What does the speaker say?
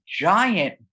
giant